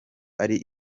ari